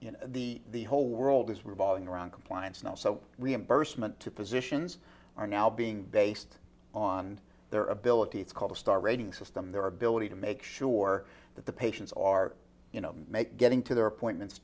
you know the whole world is revolving around compliance and also reimbursement to physicians are now being based on their ability it's called a star rating system their ability to make sure that the patients are you know make getting to their appointments